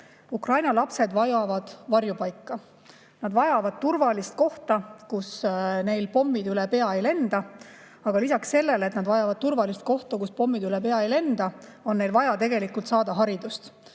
Ukraina lapsed vajavad varjupaika, nad vajavad turvalist kohta, kus neil pommid üle pea ei lenda. Aga lisaks sellele, et nad vajavad turvalist kohta, kus pommid üle pea ei lenda, on neil vaja tegelikult saada haridust,